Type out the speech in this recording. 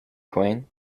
queen